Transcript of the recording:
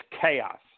chaos